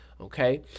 Okay